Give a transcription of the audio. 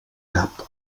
cap